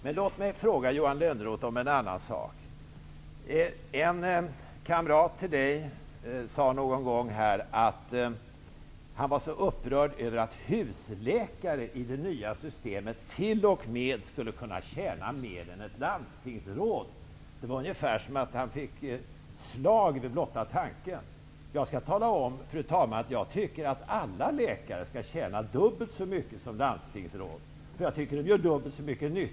Men låt mig fråga Johan Lönnroth en annan sak. En kamrat till Johan Lönnroth sade en gång att han var så upprörd över att husläkare i det nya systemet t.o.m. skulle kunna tjäna mer än ett landstingsråd. Det var ungefär som om han fick slag vid blotta tanken. Jag tycker, fru talman, att alla läkare skall tjäna dubbelt så mycket som landstingsråd. Jag tycker att de gör dubbelt så mycket nytta.